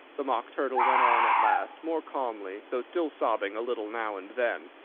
the mock turtle went on at last, more calmly, though still sobbing a little now and then,